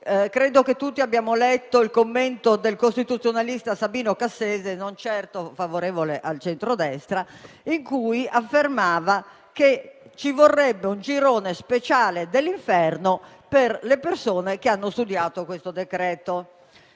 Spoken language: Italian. Credo che tutti abbiamo letto il commento del costituzionalista Sabino Cassese, non certo favorevole al centrodestra, secondo il quale ci vorrebbe un girone speciale dell'inferno per le persone che hanno studiato questo decreto.